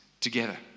together